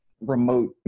remote